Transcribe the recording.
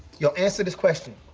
yo, answer this question